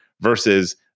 versus